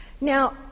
Now